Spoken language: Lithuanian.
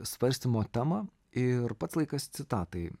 svarstymo temą ir pats laikas citatai